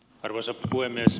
arvoisa puhemies